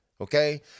okay